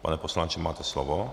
Pane poslanče, máte slovo.